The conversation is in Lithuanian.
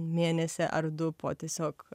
mėnesį ar du po tiesiog